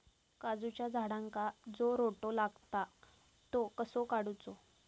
काजूच्या झाडांका जो रोटो लागता तो कसो काडुचो?